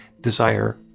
desire